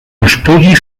estudi